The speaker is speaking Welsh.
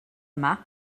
yma